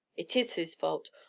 it is his fault.